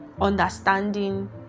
understanding